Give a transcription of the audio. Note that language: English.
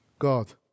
God